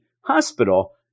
hospital